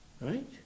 Right